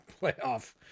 playoff